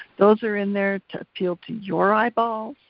those are in there to appeal to your eyeballs